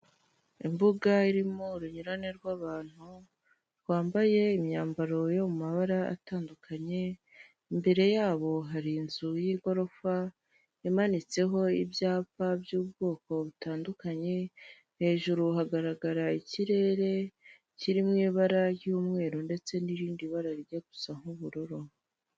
Imbuga irimo urunyurane rw'abantu rwambaye imyambaro yo mu mabara atandukanye imbere yabo hari inzu y'igorofa imanitseho ibyapa by'ubwoko butandukanye hejuru hagaragara ikirere kiririmo ibara ry'umweru ndetse n'irindi barajya gusa nk'ubururu.